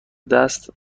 دست